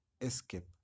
escape